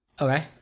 Okay